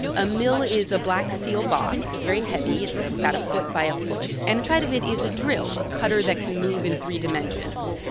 a mill is a black, steel box. it's very heavy. it's about a foot by a foot. and inside of it is a drill, a cutter that can move in three dimensions.